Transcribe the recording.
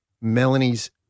Melanie's